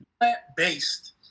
Plant-based